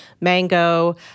mango